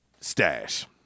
stash